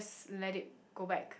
let it go back